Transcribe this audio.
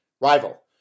Rival